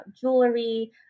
jewelry